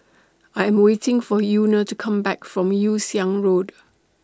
I Am waiting For Euna to Come Back from Yew Siang Road